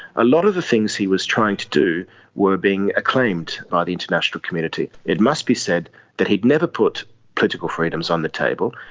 a lot of the things he was trying to do were being acclaimed by the international community. it must be said that he'd never put political freedoms on the table,